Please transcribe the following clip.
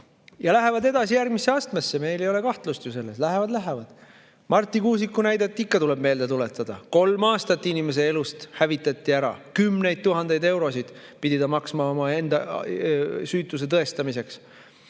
Ja lähevad edasi järgmisse kohtuastmesse. Meil ei ole selles kahtlust. Lähevad, lähevad. Marti Kuusiku näidet ikka tuleb meelde tuletada. Kolm aastat inimese elust hävitati ära. Kümneid tuhandeid eurosid pidi ta maksma omaenda süütuse tõestamiseks.